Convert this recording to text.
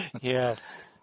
Yes